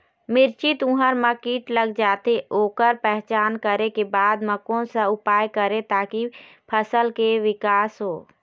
मिर्ची, तुंहर मा कीट लग जाथे ओकर पहचान करें के बाद मा कोन सा उपाय करें ताकि फसल के के विकास हो?